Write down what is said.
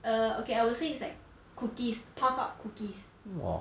err okay I would say it's like cookies puff up cookies